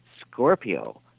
Scorpio